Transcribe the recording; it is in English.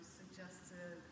suggested